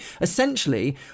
essentially